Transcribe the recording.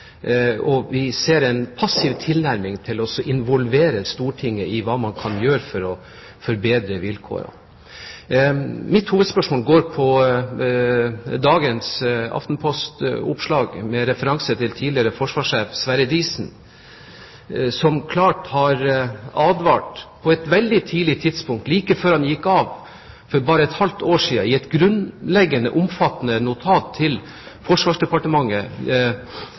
Vi ser en passiv tilnærming til å involvere Stortinget i hva man kan gjøre for å forbedre vilkårene. Mitt hovedspørsmål går på dagens Aftenposten-oppslag med referanse til tidligere forsvarssjef Sverre Diesen, som klart har advart på et veldig tidlig tidspunkt – like før han gikk av, for et halvt år siden – i et grunnleggende, omfattende notat til Forsvarsdepartementet